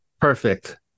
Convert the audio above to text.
Perfect